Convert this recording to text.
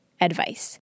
advice